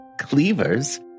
cleavers